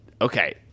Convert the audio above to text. Okay